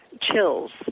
chills